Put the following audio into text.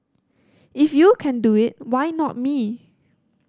if you can do it why not me